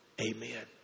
Amen